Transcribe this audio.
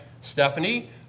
Stephanie